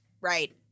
Right